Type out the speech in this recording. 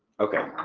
okay,